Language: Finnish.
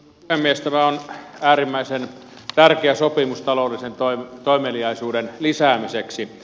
tämä on äärimmäisen tärkeä sopimus taloudellisen toimeliaisuuden lisäämiseksi